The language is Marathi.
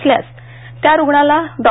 आल्यास त्या रुग्णाला डॉ